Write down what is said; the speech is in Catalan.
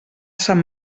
sant